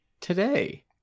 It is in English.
today